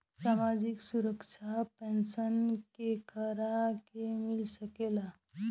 सामाजिक सुरक्षा पेंसन केकरा के मिल सकेला?